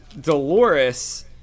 Dolores